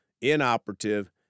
inoperative